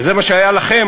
וזה מה שהיה לכם,